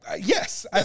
yes